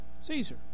Caesar